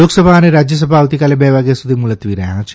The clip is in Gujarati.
લોકસભા અને રાજ્યસભા આવતીકાલે બે વાગ્યા સુધી મુલતવી રહ્યા છે